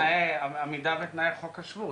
עמידה בתנאי חוק השבות,